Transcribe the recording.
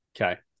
Okay